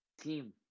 team